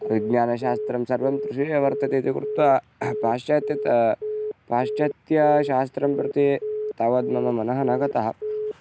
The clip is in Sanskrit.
विज्ञानशास्त्रं सर्वं कृषिः एव वर्तते इति कृत्वा पाश्चात्यं ता पाश्चात्यशास्त्रं प्रति तावद् मम मनः न गतम्